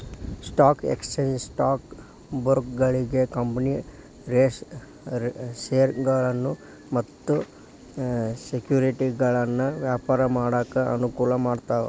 stock exchange stock ಬ್ರೋಕರ್ಗಳಿಗಿ company ಷೇರಗಳನ್ನ ಮತ್ತ ಸೆಕ್ಯುರಿಟಿಗಳನ್ನ ವ್ಯಾಪಾರ ಮಾಡಾಕ ಅನುಕೂಲ ಮಾಡ್ತಾವ